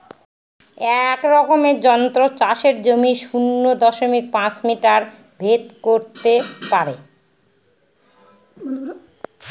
এক রকমের যন্ত্র চাষের জমির শূন্য দশমিক পাঁচ মিটার ভেদ করত পারে